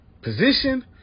position